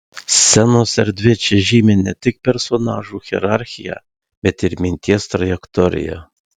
scenos erdvė čia žymi ne tik personažų hierarchiją bet ir minties trajektoriją